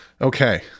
okay